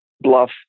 bluff